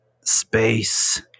space